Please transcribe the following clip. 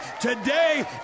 today